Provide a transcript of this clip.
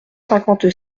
cinquante